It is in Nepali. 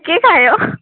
के खायौ